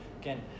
again